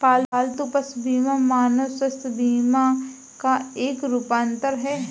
पालतू पशु बीमा मानव स्वास्थ्य बीमा का एक रूपांतर है